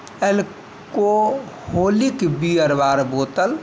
alcoholic bear bar bottle